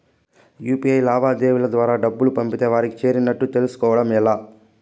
UPI లావాదేవీల ద్వారా డబ్బులు పంపితే వారికి చేరినట్టు తెలుస్కోవడం ఎలా?